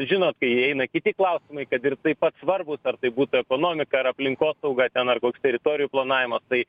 žinot kai įeina kiti klausimai kad ir taip pat svarbūs ar tai būtų ekonomika ar aplinkosauga ten ar koks teritorijų planavimas tai